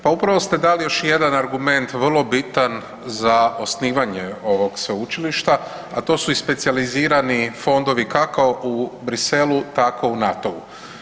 Pa upravo ste dali još jedan argument vrlo bitan za osnivanje ovog sveučilišta a to su i specijalizirani fondovi kako u Bruxellesu, tako u NATO-u.